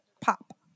pop